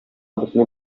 бөтенләй